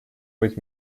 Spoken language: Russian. быть